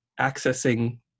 accessing